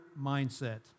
mindset